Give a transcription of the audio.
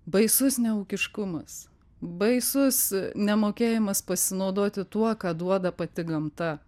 baisus neūkiškumas baisus nemokėjimas pasinaudoti tuo ką duoda pati gamta